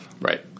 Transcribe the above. Right